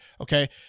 Okay